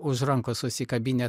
už rankų susikabinę